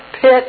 pit